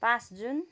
पाँच जुन